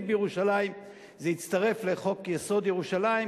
בירושלים זה יצטרף לחוק-יסוד: ירושלים,